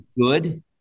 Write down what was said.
good